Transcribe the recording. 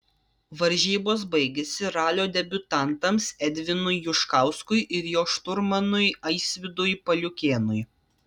varžybos baigėsi ralio debiutantams edvinui juškauskui ir jo šturmanui aisvydui paliukėnui